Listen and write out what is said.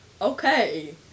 Okay